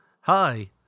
hi